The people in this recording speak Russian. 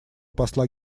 посла